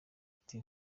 ati